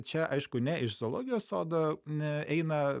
čia aišku ne iš sologijos sodo n eina